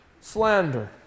slander